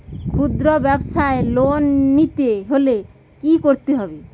খুদ্রব্যাবসায় লোন নিতে হলে কি করতে হবে?